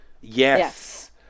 Yes